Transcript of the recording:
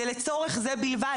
זה לצורך זה בלבד.